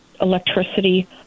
electricity